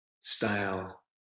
style